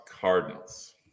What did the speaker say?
Cardinals